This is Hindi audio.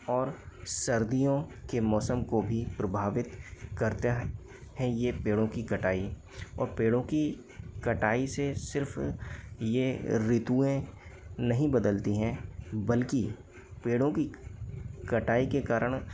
और सर्दियों के मौसम को भी प्रभावित करते हैं ये पेड़ों की कटाई और पेड़ों की कटाई से सिर्फ ये ऋतुएँ नहीं बदलती हैं बल्कि पेड़ों की कटाई के कारण